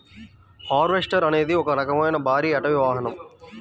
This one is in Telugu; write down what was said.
హార్వెస్టర్ అనేది ఒక రకమైన భారీ అటవీ వాహనం